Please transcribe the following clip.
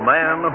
Man